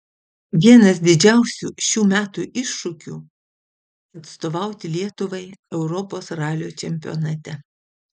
vienas didžiausių šių metų iššūkių atstovauti lietuvai europos ralio čempionate